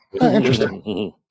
Interesting